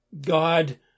God